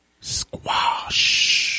squash